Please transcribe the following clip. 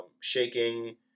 shaking